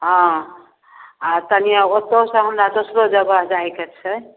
हँ आ तनिएँ ओत्तौ सऽ हमरा दोसरो जगह जाइके छै